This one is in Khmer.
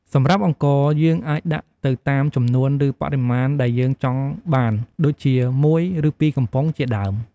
សម្រាប់អង្ករ យើងអាចដាក់ទៅតាមចំនួន ឬ បរិមាណដែលយើងចង់បាន ដូចជា ១ ឬ ២ កំប៉ុងជាដើម។